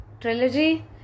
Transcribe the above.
trilogy